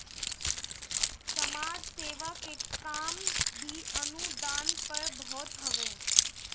समाज सेवा के काम भी अनुदाने पअ होत हवे